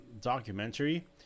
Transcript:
documentary